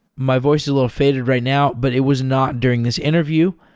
my voice is a little faded right now, but it was not during this interview,